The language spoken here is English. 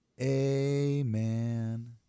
Amen